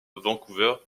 vancouver